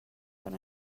got